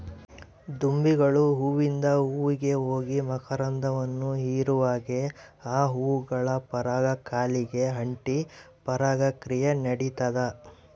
ದುಂಬಿಗಳು ಹೂವಿಂದ ಹೂವಿಗೆ ಹೋಗಿ ಮಕರಂದವನ್ನು ಹೀರುವಾಗೆ ಆ ಹೂಗಳ ಪರಾಗ ಕಾಲಿಗೆ ಅಂಟಿ ಪರಾಗ ಕ್ರಿಯೆ ನಡಿತದ